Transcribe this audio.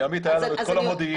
בימית היה את כל המודיעין,